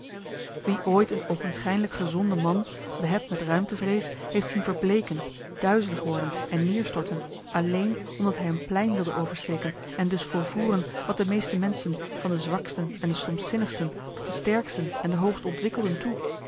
wie ooit een oogenschijnlijk gezonde man behept met ruimte vrees heeft zien verbleeken duizelig worden en neerstorten alleen omdat hij een plein wilde oversteken en dus volvoeren wat de meeste menschen van de zwaksten en de stompzinnigsten tot de sterksten en de hoogstontwikkelden toe